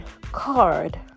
card